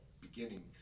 beginning